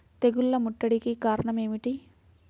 తెగుళ్ల ముట్టడికి కారణం ఏమిటి?